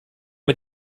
mit